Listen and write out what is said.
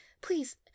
please